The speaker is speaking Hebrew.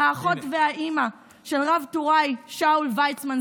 האחות והאימא של רב טוראי שאול ויצמן,